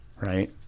right